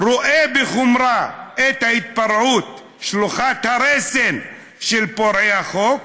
"רואָה בחומרה את ההתפרעות שלוחת הרסן של פורעי החוק